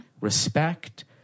respect